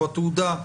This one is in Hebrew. או התעודה,